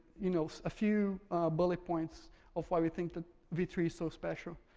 you know, a few bullet points of why we think that v three is so special.